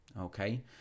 okay